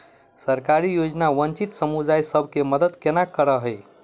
सरकारी योजना वंचित समुदाय सब केँ मदद केना करे है?